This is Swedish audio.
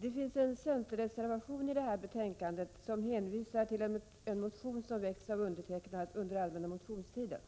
Herr talman! Vid det här betänkandet har fogats en centerreservation, där det hänvisas till en motion som väckts av mig under allmänna motionstiden.